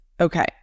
Okay